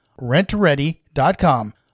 rentready.com